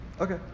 Okay